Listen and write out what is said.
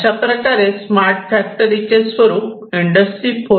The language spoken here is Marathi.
अशाप्रकारे स्मार्ट फॅक्टरी चे स्वरूप इंडस्ट्री 4